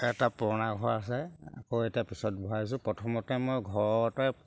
এটা পুৰণা ঘৰ আছে আকৌ এতিয়া পিছত ভৰাইছোঁ প্ৰথমতে মই ঘৰতে